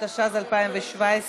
התשע"ז 2017,